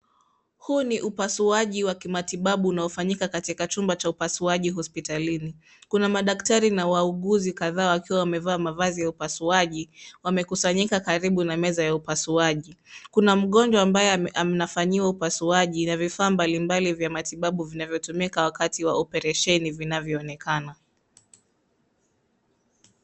Huu ni upasuaji wa kimatibabu unaofanyika katika chumba cha upasuaji hospitalini. Kuna madaktari na wauguzi kadhaa wakiwa wamevaa mavazi ya upasuaji wamekusanyika karibu na meza ya upasuaji. Kuna mgonjwa ambaye anafanyiwa upasuaji na vifaa mbalimbali vya matibabu vinavyotumika wakati wa operesheni vinavyoonekana.